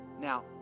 Now